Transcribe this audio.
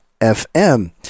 FM